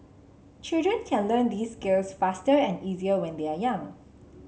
children can learn these skills faster and easier when they are young